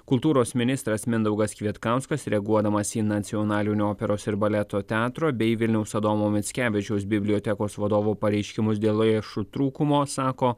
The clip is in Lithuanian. kultūros ministras mindaugas kvietkauskas reaguodamas į nacionalinio operos ir baleto teatro bei vilniaus adomo mickevičiaus bibliotekos vadovo pareiškimus dėl lėšų trūkumo sako